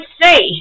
say